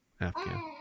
afghan